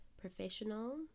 professional